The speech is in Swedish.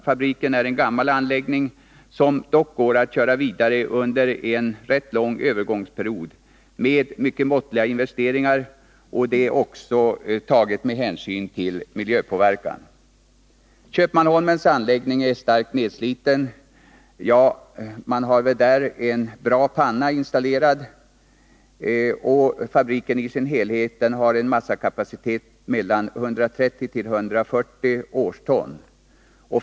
Fabriken är en gammal anläggning, som dock går att köra vidare under en rätt lång övergångsperiod med mycket måttliga investeringar, också med hänsyn tagen till miljöpåverkan. Köpmanholmens anläggning är starkt nedsliten, även om man har en bra panna. Fabriken har en massakapacitet på mellan 130 000 och 140 000 årston.